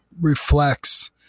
reflects